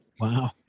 Wow